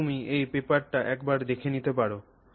সুতরাং তুমি এই পেপারটি একবার দেখে নিতে পার